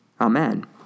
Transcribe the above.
Amen